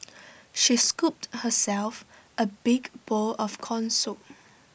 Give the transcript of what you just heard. she scooped herself A big bowl of Corn Soup